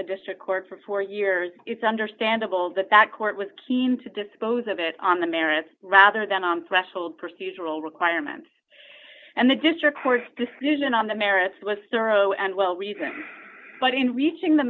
the district court for four years it's understandable that that court was keen to dispose of it on the merits rather than on special procedural requirements and the district court decision on the merits with starro and well reasoned but in reaching the